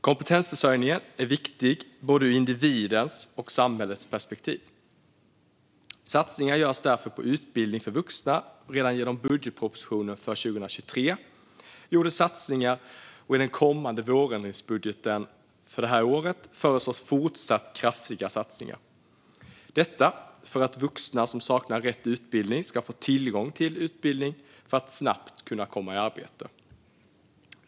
Kompetensförsörjningen är viktig både ur individens och ur samhällets perspektiv. Satsningar görs därför på utbildning för vuxna. Redan genom budgetpropositionen för 2023 gjordes satsningar, och i den kommande vårändringsbudgeten för 2023 föreslås fortsatt kraftiga satsningar, detta för att vuxna som saknar rätt utbildning ska få tillgång till utbildning för att snabbt komma i arbete.